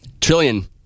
trillion